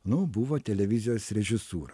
nu buvo televizijos režisūra